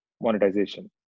monetization